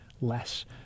less